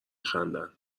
خندند